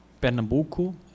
Pernambuco